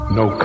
no